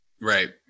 Right